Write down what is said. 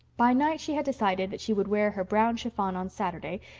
by night she had decided that she would wear her brown chiffon on saturday,